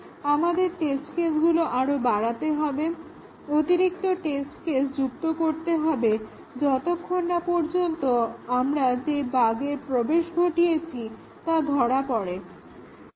আমাদের টেস্ট কেসগুলো আরো বাড়াতে হবে অতিরিক্ত টেস্ট কেস যুক্ত করতে হবে যতক্ষণ না পর্যন্ত আমরা যে বাগ্ এর প্রবেশ ঘটিয়েছে তা ধরা পড়ছে